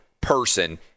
person